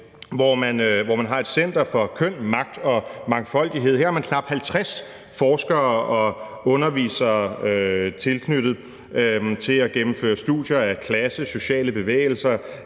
hvor man har et Center for Køn, Magt og Mangfoldighed. Her har man knap 50 forskere og undervisere tilknyttet til at gennemføre studier af klasse, sociale bevægelser,